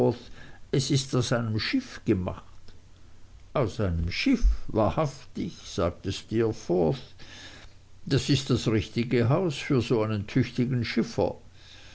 es ist aus einem schiff gemacht aus einem schiff wahrhaftig sagte steerforth das ist das richtige haus für so einen tüchtigen schiffer